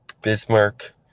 bismarck